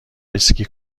اسکی